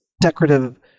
decorative